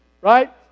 Right